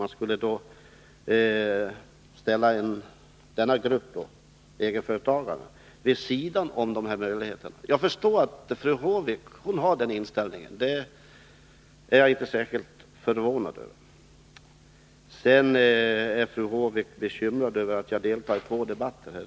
Man skulle alltså ställa egenföretagarna vid sidan av denna möjlighet. Jag förstår att fru Håvik har den inställningen. Det är jag inte förvånad över. Fru Håvik är bekymrad över att jag i dag deltar i två debatter.